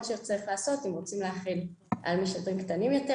שעוד צריך לעשות אם רוצים להחיל על משדרים קטנים יותר,